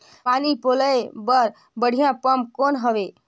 पानी पलोय बर बढ़िया पम्प कौन हवय?